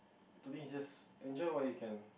to me is just enjoy while you can